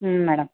ಹ್ಞೂ ಮೇಡಮ್